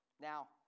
Now